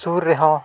ᱥᱩᱨ ᱨᱮᱦᱚᱸ